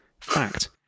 Fact